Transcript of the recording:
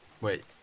Wait